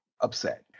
upset